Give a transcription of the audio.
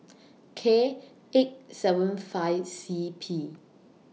K eight seven five C P